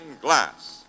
glass